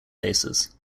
places